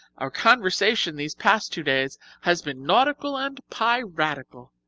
our conversation these past two days has been nautical and piratical.